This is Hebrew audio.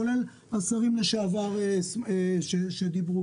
כולל השרים לשעבר שדיברו,